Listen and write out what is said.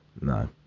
no